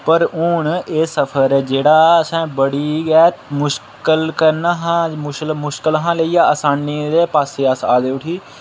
पर हून एह् सफर जेह्ड़ा असें बड़ी गै मुश्कल करना मुश्कल हा लेई असानी आह्लें पास्सै आए दे उठी